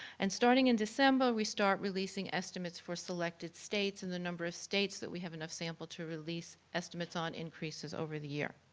and starting in december, we start releasing estimates for selected states and the number of states that we have enough sample to release estimates on increases over the year.